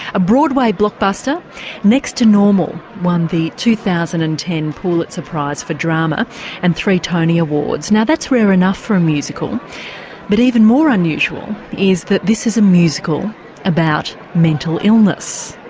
a broadway blockbuster next to normal won the two thousand and ten pulitzer prize for drama and three tony awards. now that's rare enough for a musical but even more unusual is that this is a musical about mental illness.